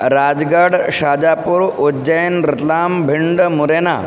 Rajgarh Shajapur Ujjain Ratlam Bhind Morena